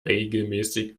regelmäßig